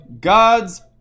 God's